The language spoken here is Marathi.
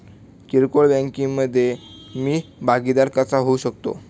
किरकोळ बँकिंग मधे मी भागीदार कसा होऊ शकतो?